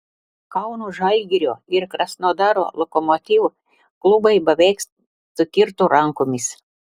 kauno žalgirio ir krasnodaro lokomotiv klubai beveik sukirto rankomis